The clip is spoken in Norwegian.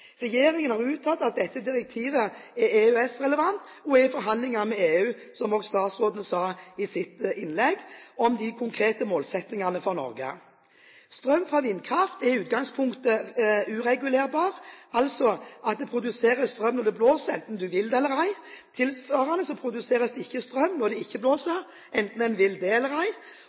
Regjeringen har uttalt at dette direktivet er EØS-relevant og er i forhandlinger med EU – slik også statsråden sa i sitt innlegg – om de konkrete målsettingene for Norge. Strøm fra vindkraft er i utgangspunktet uregulerbar, altså at det produseres strøm når det blåser, enten du vil det eller ei. Tilsvarende produseres det ikke strøm når det ikke blåser, enten en vil det eller ei.